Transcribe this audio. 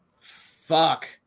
fuck